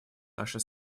наши